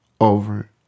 over